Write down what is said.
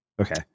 Okay